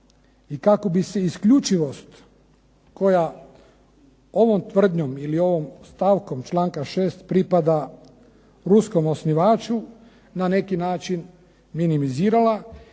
i kako bi se isključivost koja ovom tvrdnjom ili ovom stavkom članka 6. pripada ruskom osnivaču na neki način minimizirala